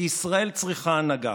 כי ישראל צריכה הנהגה.